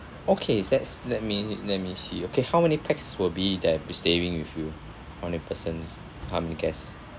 okay let's let me let me see okay how many pax will be there'll be staying with you how many persons how many guests